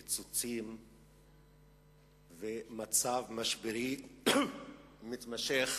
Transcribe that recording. קיצוצים ומצב משברי מתמשך,